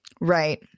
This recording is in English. Right